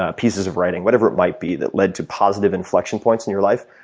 ah pieces of writing, whatever it might be that led to positive inflection points in your life,